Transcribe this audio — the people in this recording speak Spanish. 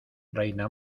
reina